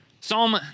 Psalm